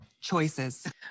Choices